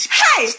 hey